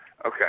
Okay